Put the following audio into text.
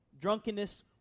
Drunkenness